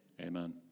Amen